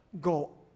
go